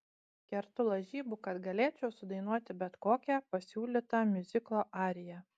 kertu lažybų kad galėčiau sudainuoti bet kokią pasiūlytą miuziklo ariją